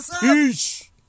peace